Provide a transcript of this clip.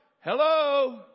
Hello